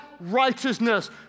righteousness